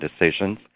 decisions